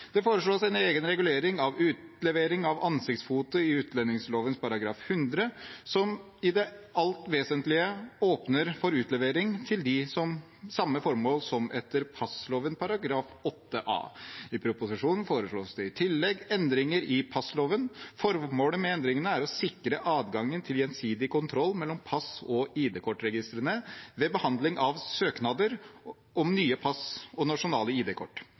Det foreslås en egen regulering av utlevering av ansiktsfoto i utlendingsloven § 100, som i det alt vesentlige åpner for utlevering til samme formål som etter passloven § 8 a. I proposisjonen foreslås det i tillegg endringer i passloven. Formålet med endringene er å sikre adgangen til gjensidig kontroll mellom pass- og ID-kort-registrene ved behandling av søknader om nye pass og nasjonale